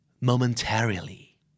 momentarily